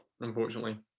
unfortunately